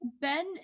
Ben